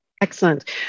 Excellent